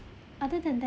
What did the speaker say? other than that